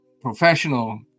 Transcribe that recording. professional